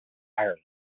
ireland